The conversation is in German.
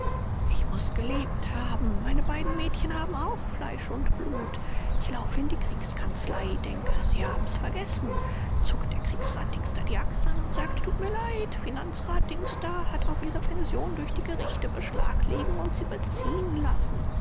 ich muß gelebt haben meine beiden mädchen haben auch fleisch und blut ich laufe in die kriegskanzlei denke sie haben's vergessen zuckt der kriegsrat dings da die achseln und sagt tut mir leid finanzrat dings da hat auf ihre pension durch die gerichte beschlag legen und sie beziehen lassen